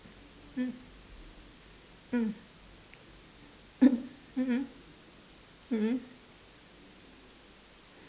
mm mm mmhmm mmhmm